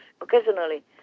occasionally